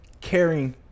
caring